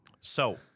So-